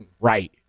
right